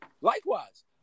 likewise